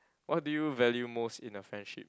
what do you value most in the friendship